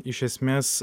iš esmės